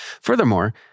Furthermore